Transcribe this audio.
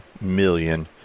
million